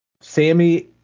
Sammy